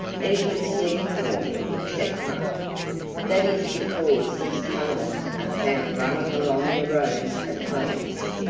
eating seed corn, etc. that is because his tunnels are found running along the rows of plants.